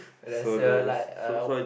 !alah! sia like uh